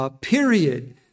period